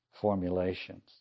formulations